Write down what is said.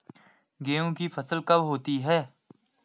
गेहूँ की फसल कब होती है?